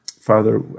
Father